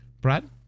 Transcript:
Brad